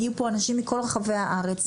הגיעו פה אנשים מכל רחבי הארץ.